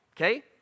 Okay